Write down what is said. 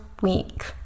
week